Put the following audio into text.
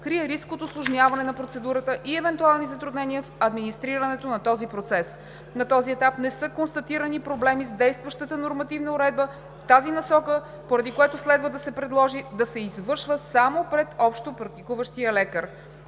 крие риск от усложняване на процедурата и евентуални затруднения в администрирането на този процес. На този етап не са констатирани проблеми с действащата нормативна уредба в тази насока, поради което следва да се продължи да се извършва само пред общопрактикуващия лекар.